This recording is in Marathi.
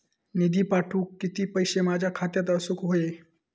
निधी पाठवुक किती पैशे माझ्या खात्यात असुक व्हाये?